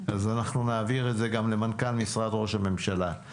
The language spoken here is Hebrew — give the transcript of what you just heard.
אנחנו נעביר את זה גם למנכ"ל משרד ראש הממשלה.